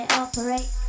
operate